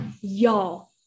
Y'all